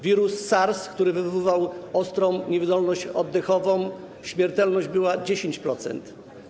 Wirus SARS, który wywoływał ostrą niewydolność oddechową - śmiertelność wynosiła 10%.